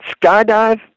skydive